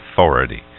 authority